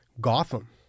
Gotham